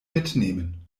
mitnehmen